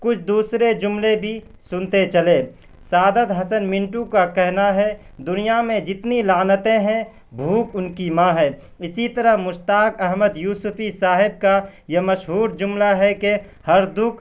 کچھ دوسرے جملے بھی سنتے چلے سعادت حسن منٹو کا کہنا ہے دنیا میں جتنی لعنتیں ہیں بھوک ان کی ماں ہے اسی طرح مشتاق احمد یوسفی صاحب کا یہ مشہور جملہ ہے کہ ہر دکھ